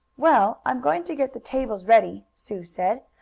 well, i'm going to get the tables ready, sue said.